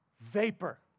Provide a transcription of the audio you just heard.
vapor